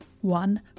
One